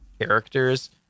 characters